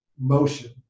motion